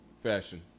fashion